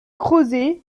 crozet